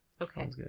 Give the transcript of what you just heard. okay